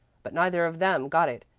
but neither of them got it.